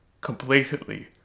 Complacently